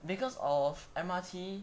because of M_R_T